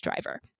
driver